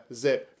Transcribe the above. zip